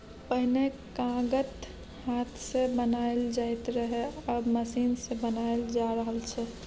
पहिने कागत हाथ सँ बनाएल जाइत रहय आब मशीन सँ बनाएल जा रहल छै